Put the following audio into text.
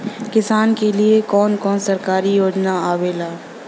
किसान के लिए कवन कवन सरकारी योजना आवेला?